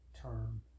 term